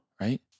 right